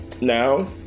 Now